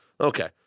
Okay